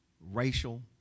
racial